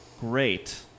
Great